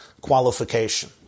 qualification